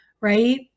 right